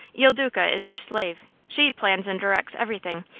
il duca is her slave. she plans and directs everything,